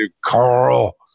Carl